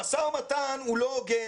המשא ומתן הוא לא הוגן